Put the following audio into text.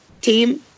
team